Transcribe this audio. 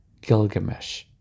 Gilgamesh